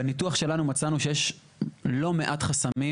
בניתוח שלנו מצאנו שיש לא מעט חסמים